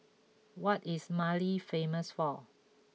what is Mali famous for